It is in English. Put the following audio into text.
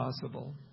possible